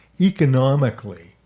economically